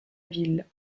ville